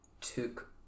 took